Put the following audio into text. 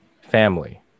family